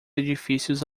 edifícios